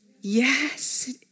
Yes